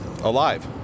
Alive